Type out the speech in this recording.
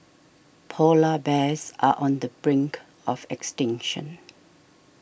Polar Bears are on the brink of extinction